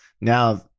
Now